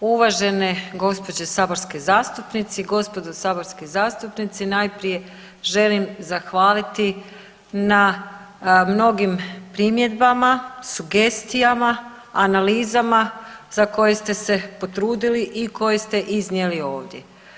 Uvažene gospođe saborske zastupnice i gospodo saborski zastupnici, najprije želim zahvaliti na mnogim primjedbama, sugestijama, analizama za koje ste se potrudili i koje ste iznijeli ovdje.